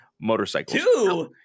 Motorcycles